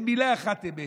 אין מילה אחת אמת,